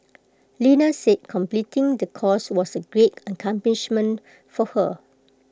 Lena said completing the course was A great accomplishment for her